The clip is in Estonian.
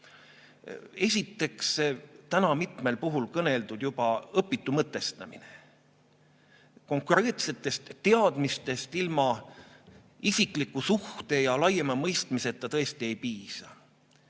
Esiteks, see täna mitmel puhul juba kõneldud õpitu mõtestamine. Konkreetsetest teadmistest ilma isikliku suhte ja laiema mõistmiseta tõesti ei piisa.